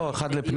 לא, אחד לפנים.